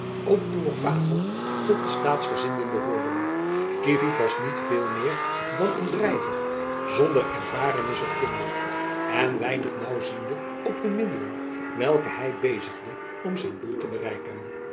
ook toen nog fagel tot de staatsgezinden behoorden kievit was niet veel meer dan een drijver zonder ervarenis of kunde en weinig naauwziende op de middelen welke hy bezigde om zijn doel te bereiken